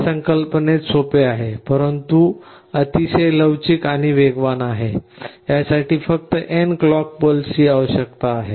हे संकल्पनेत सोपे आहे परंतु अतिशय लवचिक आणि अतिशय वेगवान आहे यासाठी फक्त n क्लॉक पल्स आवश्यक आहे